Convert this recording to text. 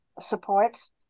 supports